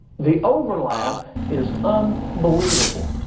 the overlap is um unbelievable.